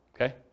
Okay